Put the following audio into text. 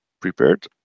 prepared